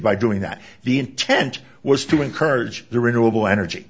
by doing that the intent was to encourage the renewable energy